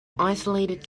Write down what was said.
isolated